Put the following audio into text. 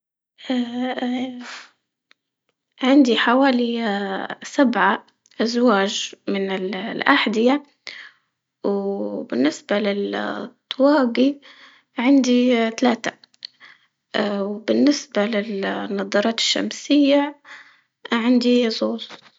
اه اه عندي حوالي اه سبعة أزواج من الأحذية، وبالنسبة طواقي عندي اه تلاتة اه وبالنسبة للنظارات الشمس عندي.